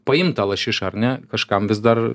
paimt tą lašišą ar ne kažkam vis dar